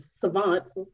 savants